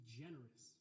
generous